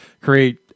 create